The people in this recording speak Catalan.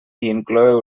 incloeu